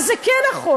אבל זה כן נכון.